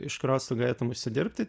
iš kurios tu galėtum užsidirbti